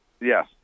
Yes